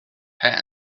hand